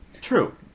True